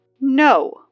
No